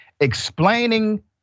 explaining